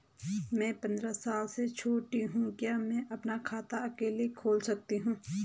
मैं पंद्रह साल से छोटी हूँ क्या मैं अपना खाता अकेला खोल सकती हूँ?